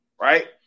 right